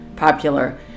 Popular